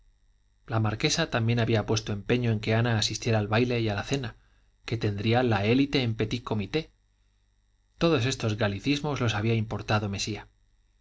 la marquesa también había puesto empeño en que ana asistiera al baile y a la cena que tendría la élite en petit comité todos estos galicismos los había importado mesía